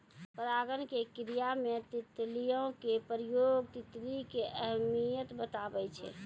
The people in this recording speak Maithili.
परागण के क्रिया मे तितलियो के प्रयोग तितली के अहमियत बताबै छै